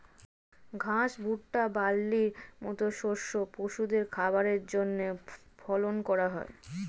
ঘাস, ভুট্টা, বার্লির মত শস্য পশুদের খাবারের জন্যে ফলন করা হয়